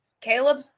Caleb